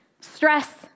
stress